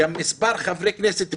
גם מספר חברי כנסת פנויים.